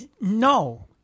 No